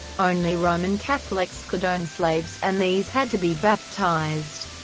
only roman catholics could own slaves, and these had to be baptised.